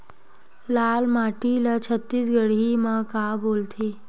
लाल माटी ला छत्तीसगढ़ी मा का बोलथे?